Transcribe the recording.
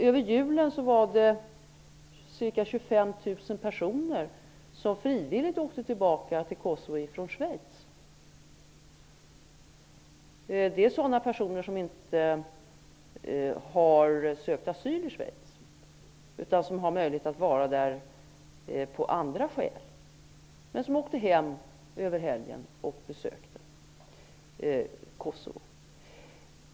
Över jul var det 25 000 personer som frivilligt åkte tillbaka till Kosovo från Schweiz. Det var personer som inte har sökt asyl i Schweiz men som har möjlighet att vara där av andra skäl. De åkte hem över helgen och besökte Kosovo.